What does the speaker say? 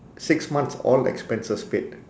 six months all expenses paid